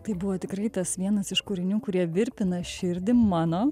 tai buvo tikrai tas vienas iš kūrinių kurie virpina širdį mano